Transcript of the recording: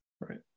Right